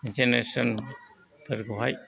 जेनेरेसनफोरखौहाय